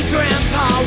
Grandpa